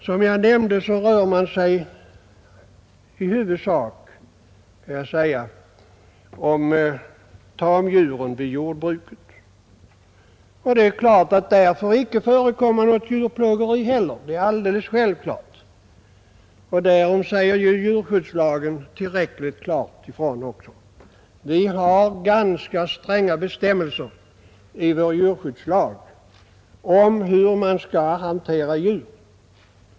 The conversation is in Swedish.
Som jag nämnde talar man i huvudsak om tamdjuren vid jordbruket. Där får det givetvis icke heller förekomma något djurplågeri. Det är alldeles klart, och på den punkten säger djurskyddslagen tillräckligt tydligt ifrån; vi har ganska stränga bestämmelser i vår djurskyddslag om hur djuren skall hanteras.